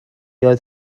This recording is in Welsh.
oedd